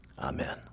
amen